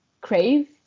crave